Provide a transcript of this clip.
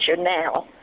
now